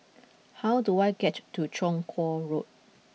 how do I get to Chong Kuo Road